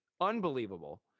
Unbelievable